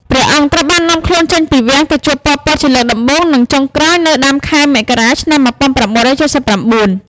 ព្រះអង្គត្រូវបាននាំខ្លួនចេញពីវាំងទៅជួប ប៉ុល ពត ជាលើកដំបូង និងចុងក្រោយនៅដើមខែមករា ឆ្នាំ១៩៧៩។